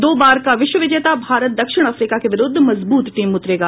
दो बार का विश्व विजेता भारत दक्षिण अफ्रिका के विरूद्ध मजबूत टीम उतारेगा